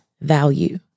value